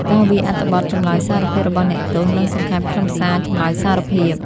ការវាយអត្ថបទចម្លើយសារភាពរបស់អ្នកទោស និងសង្ខេបខ្លឹមសារចម្លើយសារភាព។